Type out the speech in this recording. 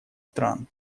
стран